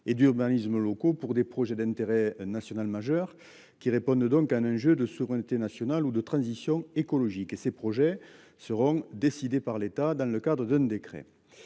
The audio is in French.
et d'urbanisme locaux pour des projets d'intérêt national majeur qui répondent donc un enjeu de souveraineté national ou de transition écologique et ces projets seront décidées par l'État dans le cadre d'un décret.